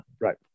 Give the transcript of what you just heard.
right